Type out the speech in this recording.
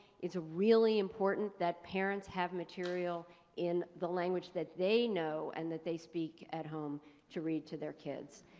is really important that parents have material in the language that they know and that they speak at home to read to their kids.